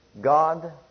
God